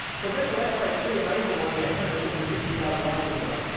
so a dental x-ray is pretty amazing when the x-ray machine is fifty thousand light years away,